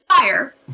fire